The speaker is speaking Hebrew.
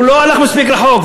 הוא לא הלך מספיק רחוק.